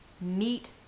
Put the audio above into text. meet